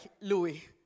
Louis